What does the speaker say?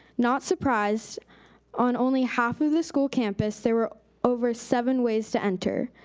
not surprised on only half of the school campus there were over seven ways to enter.